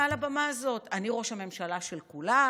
מעל הבמה הזאת: אני ראש הממשלה של כולם.